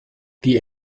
die